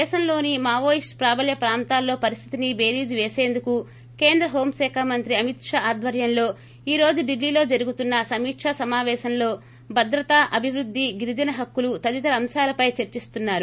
దేశంలోని మావోయిస్టు ప్రాబల్య ప్రాంతాల్లో పరిస్థితిని బేరీజు పేసందుకు కేంద్ర హోంశాఖ మంత్రి అమిత్ షా ఆధ్వర్యంలో ఈ రోజు ఢిల్లీలో జరుగుతున్న సమీకా సమాపేశం లో భద్రత అభివృద్ది గిరిజన హక్కులు తదితర అంకాల పై చర్చిస్తున్నారు